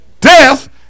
Death